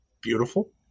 beautiful